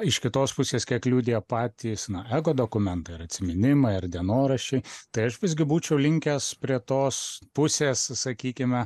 iš kitos pusės kiek liudija patys na ego dokumentai ar atsiminimai ar dienoraščiai tai aš visgi būčiau linkęs prie tos pusės sakykime